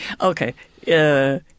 Okay